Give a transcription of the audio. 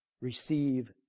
Receive